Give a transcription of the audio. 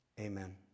amen